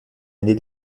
allée